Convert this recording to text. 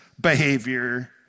behavior